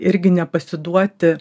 irgi nepasiduoti